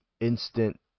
instant